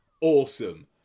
Awesome